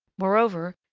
moreover,